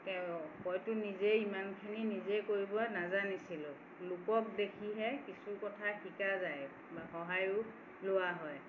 হয়তো নিজে ইমানখিনি নিজে কৰিব নাজানিছিলোঁ লোকক দেখিহে কিছু কথা শিকা যায় বা সহায়ো লোৱা হয়